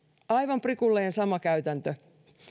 aivan prikulleen sama käytäntö